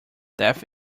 death